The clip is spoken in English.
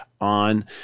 on